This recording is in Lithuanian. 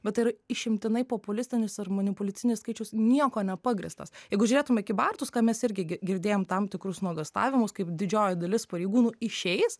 bet tai yra išimtinai populistinis ir manipuliacinis skaičius niekuo nepagrįstas jeigu žiūrėtume kybartus ką mes irgi gi girdėjom tam tikrus nuogąstavimus kaip didžioji dalis pareigūnų išeis